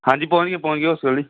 ਹਾਂਜੀ ਪਹੁੰਚ ਗਏ ਪਹੁੰਚ ਗਏ ਹੋਸਟਲ ਜੀ